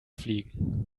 fliegen